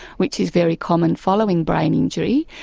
which is very common following brain injury,